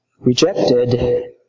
rejected